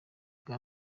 bwa